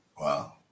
Wow